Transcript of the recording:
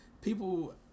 People